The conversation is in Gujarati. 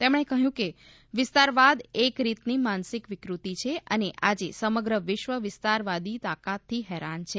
તેમણે કહ્યું કે વિસ્તારવાદ એક રીતની માનસિક વિકૃત્તિ છે અને આજે સમગ્ર વિશ્વ વિસ્તારવાદી તાકતોથી હેરાન છે